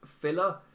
filler